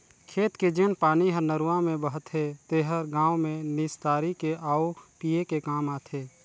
खेत के जेन पानी हर नरूवा में बहथे तेहर गांव में निस्तारी के आउ पिए के काम आथे